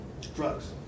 drugs